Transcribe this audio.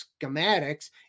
schematics